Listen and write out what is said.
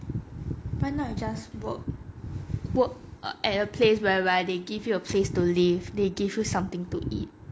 why not you just work work at a place whereby they give you a place to live they give you something to eat